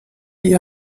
ihr